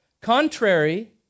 Contrary